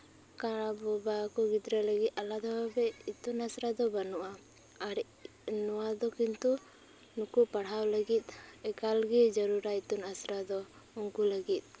ᱠᱟᱬᱟ ᱵᱳᱵᱟ ᱠᱚ ᱜᱤᱫᱽᱨᱟᱹ ᱞᱟᱹᱜᱤᱫ ᱟᱞᱟᱫᱟ ᱵᱷᱟᱵᱮ ᱤᱛᱩᱱ ᱟᱥᱲᱟ ᱫᱚ ᱵᱟᱹᱱᱩᱜᱼᱟ ᱟᱨ ᱱᱚᱣᱟ ᱫᱚ ᱠᱤᱱᱛᱩ ᱱᱩᱠᱩ ᱯᱟᱲᱦᱟᱣ ᱞᱟᱹᱜᱤᱫ ᱮᱠᱟᱞᱜᱮ ᱡᱟᱹᱨᱩᱲᱟ ᱤᱛᱩᱱ ᱟᱥᱲᱟ ᱫᱚ ᱩᱱᱠᱩ ᱞᱟᱹᱜᱤᱫ